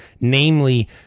namely